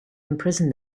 imprison